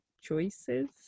choices